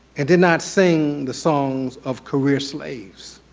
and did not sing the songs of career slaves.